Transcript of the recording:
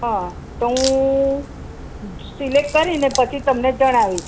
હાં તો હું સિલેકટ કરીને પછી તમને જણાવીશ